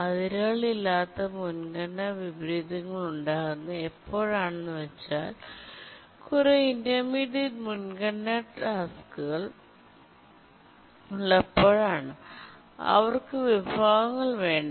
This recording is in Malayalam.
അതിരുകളില്ലാത്ത മുൻഗണന വിപരീതങ്ങൾ ഉണ്ടാകുന്നത് എപ്പോഴാണെന്ന് വെച്ചാൽ കുറേ ഇന്റർമീഡിയറ്റ് മുൻഗണന ടാസ്കുകൾ ഉള്ളപ്പോഴാണ് അവർക്ക് വിഭവങ്ങൾ വേണ്ട